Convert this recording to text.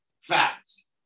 facts